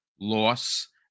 loss